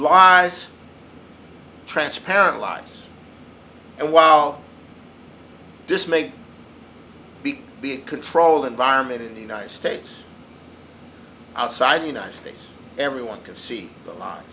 lies transparent life and while this may be a controlled environment in the united states outside the united states everyone can see the li